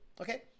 Okay